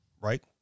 right